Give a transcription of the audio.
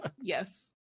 Yes